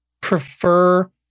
prefer